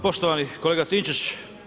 Poštovani kolega Sinčić.